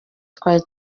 twari